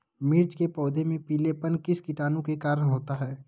मिर्च के पौधे में पिलेपन किस कीटाणु के कारण होता है?